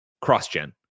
cross-gen